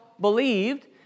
believed